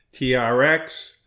TRX